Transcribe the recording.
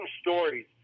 stories